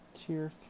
Tier